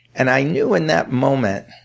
and i knew in that moment,